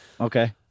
Okay